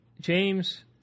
James